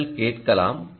நீங்கள் கேட்கலாம்